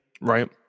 right